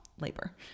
labor